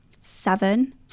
seven